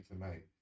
tonight